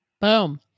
Boom